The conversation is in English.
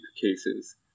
cases